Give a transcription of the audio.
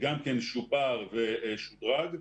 גם כן שופר ושודרג.